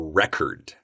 record